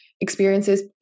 experiences